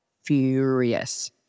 furious